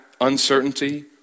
uncertainty